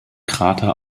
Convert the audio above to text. krater